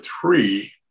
three